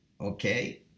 okay